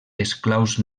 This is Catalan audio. esclaus